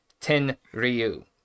Tenryu